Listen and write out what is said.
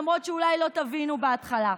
למרות שאולי לא תבינו בהתחלה.